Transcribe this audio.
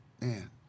Man